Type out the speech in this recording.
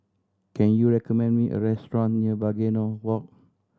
can you recommend me a restaurant near Begonia Walk